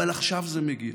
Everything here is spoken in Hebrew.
אבל עכשיו זה מגיע: